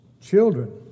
Children